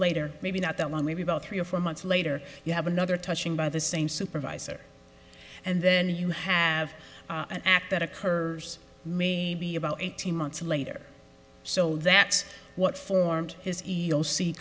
later maybe not that long maybe about three or four months later you have another touching by the same supervisor and then you have an act that occurs may be about eighteen months later so that's what formed his e